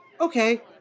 Okay